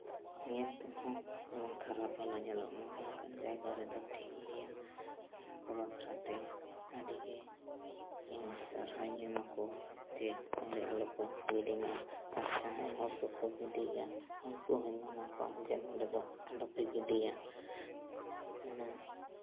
ᱧᱮᱞ ᱛᱮᱦᱚᱸ ᱡᱮᱢᱚᱱ ᱠᱷᱟᱨᱟᱯ ᱟᱞᱚ ᱧᱮᱞᱚᱜᱼᱢᱟ ᱚᱱᱠᱟ ᱡᱟᱭᱜᱟ ᱨᱮᱫᱚ ᱴᱷᱤᱠ ᱜᱮᱭᱟ ᱚᱱᱟᱠᱚ ᱵᱟᱠᱷᱨᱟᱛᱮ ᱟᱹᱰᱤᱜᱮ ᱤᱧ ᱥᱟᱨᱦᱟᱣᱤᱧ ᱮᱢᱟ ᱠᱚᱣᱟ ᱡᱮ ᱚᱸᱰᱮ ᱟᱞᱚ ᱠᱚ ᱜᱤᱰᱤᱢᱟ ᱟᱨ ᱡᱟᱦᱟᱸᱭ ᱦᱚᱲ ᱠᱚᱠᱚ ᱜᱤᱰᱤᱭᱟ ᱩᱱᱠᱩ ᱦᱚᱧ ᱢᱟᱱᱟ ᱠᱚᱣᱟ ᱡᱮ ᱱᱚᱸᱰᱮ ᱫᱚ ᱟᱞᱚᱯᱮ ᱜᱤᱰᱤᱭᱟ ᱦᱩᱱᱟᱹᱜ